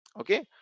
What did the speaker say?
okay